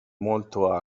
molto